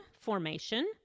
formation